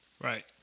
Right